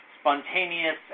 Spontaneous